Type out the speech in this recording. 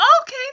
okay